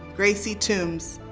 gracie toombs.